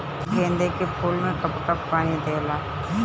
गेंदे के फूल मे कब कब पानी दियाला?